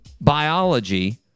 biology